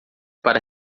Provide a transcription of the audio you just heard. para